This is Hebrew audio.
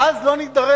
ואז לא נידרש